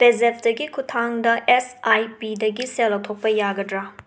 ꯄꯦꯖꯦꯞꯇꯒꯤ ꯈꯨꯊꯥꯡꯗ S I ꯄꯤꯗꯒꯤ ꯁꯦꯜ ꯂꯧꯊꯣꯛꯄ ꯌꯥꯒꯗ꯭ꯔ